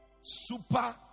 super